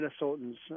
Minnesotans